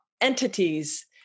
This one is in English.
entities